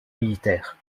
militaire